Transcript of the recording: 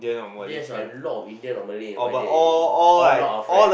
there's a lot of Indian or Malay in Y_J all not our friend